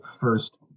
first